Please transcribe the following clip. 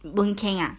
boon keng ah